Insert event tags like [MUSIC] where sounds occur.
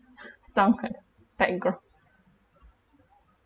[BREATH] sound crack technical